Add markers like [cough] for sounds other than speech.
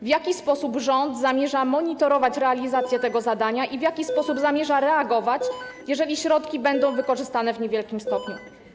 W jaki sposób rząd zamierza monitorować realizację tego zadania [noise] i w jaki sposób zamierza reagować, jeżeli środki będą wykorzystywane w niewielkim stopniu?